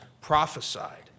prophesied